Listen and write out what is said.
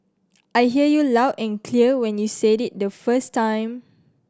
I heard you loud and clear when you said it the first time